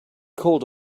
called